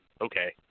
okay